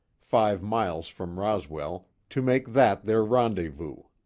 five miles from roswell, to make that their rendezvous.